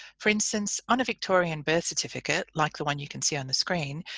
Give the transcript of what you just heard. for instance on a victorian birth certificate like the one you can see on the screen,